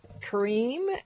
cream